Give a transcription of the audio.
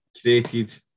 created